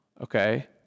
okay